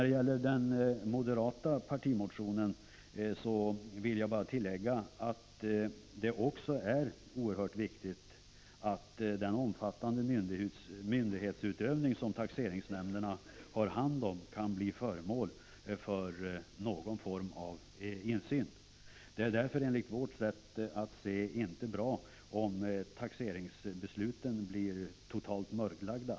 Beträffande den moderata partimotionen vill jag bara tillägga att det är oerhört viktigt att den omfattande myndighetsutövning som taxeringsnämnderna har hand om kan bli föremål för någon form av insyn. Det är därför enligt vårt sätt att se inte bra om taxeringsbesluten blir totalt mörklagda.